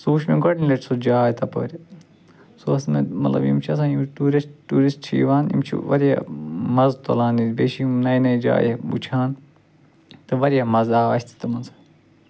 سُہ وُچھ مےٚ گۄڈنِچ لَٹہِ سُہ جاے تَپٲرۍ سُہ اوس نہٕ مَطلَب یِم چھِ آسان یِم ٹوٗرس ٹوٗرِسٹ چھِ یِوان یِم چھِ واریاہ مَزٕ تُلان ییٚتہِ بیٚیہِ چھِ یِم نَیہِ نَیہِ جایہِ وٕچھان تہٕ واریاہ مَزٕ آو اَسہِ تہِ تِمن سۭتۍ